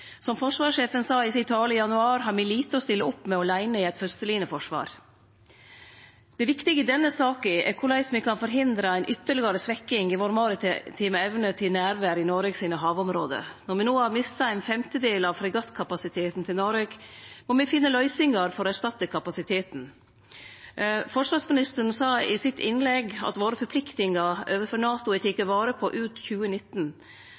Som forsvarssjefen sa i si tale i januar, har me lite å stille opp med åleine i eit fyrstelinjeforsvar. Det viktige i denne saka er korleis me kan forhindre ei ytterlegare svekking i vår maritime evne til nærvær i norske havområde. Når me no har mista ein femtedel av fregattkapasiteten, må me finne løysingar for å erstatte den kapasiteten. Forsvarsministeren sa i sitt innlegg at forpliktingane våre overfor NATO er tekne vare på ut 2019,